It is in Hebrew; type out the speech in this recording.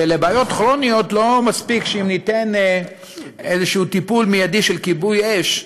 ולבעיות כרוניות לא מספיק שניתן איזשהו טיפול מיידי של כיבוי אש,